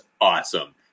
awesome